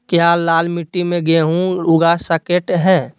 क्या लाल मिट्टी में गेंहु उगा स्केट है?